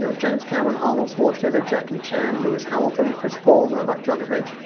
you know james cameron, arnold schwarzenegger, jackie chan, lewis hamilton, chris paul, novak djokovic,